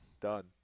Done